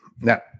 now